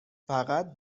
فقط